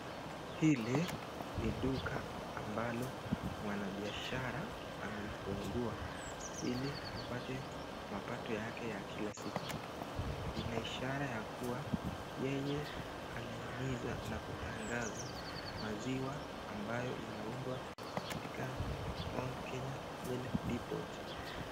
Hili ni duka ambalo mwanabiashara ameifungua ili apate mapato yake ya kila siku, inaishara ya kuwa, yeye anahimiza na kutangaza maziwa ambayo inaundwa katika Mt.Kenya milk deport.